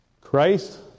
Christ